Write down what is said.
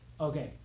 okay